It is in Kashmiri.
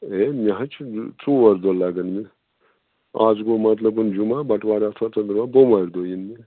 ہے مےٚ حظ چھِ ژور دۄہ لگیٚن مےٚ آز گوٚو مطلب جمعہ بَٹوار آتھوار ژٕنٛدٕروار بومہٕ وارِ دۄہ یِن مےٚ